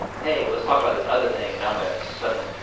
hey, let's talk about this other thing and i'm gonna suddenly.